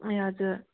ए हजुर